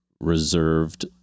reserved